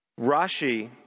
Rashi